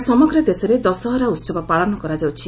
ଆଜି ସମଗ୍ର ଦେଶରେ ଦଶହରା ଉତ୍ସବ ପାଳନ କରାଯାଉଛି